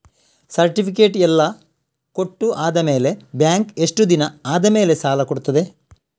Certificate ಎಲ್ಲಾ ಕೊಟ್ಟು ಆದಮೇಲೆ ಬ್ಯಾಂಕ್ ಎಷ್ಟು ದಿನ ಆದಮೇಲೆ ಸಾಲ ಕೊಡ್ತದೆ?